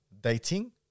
dating